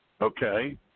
Okay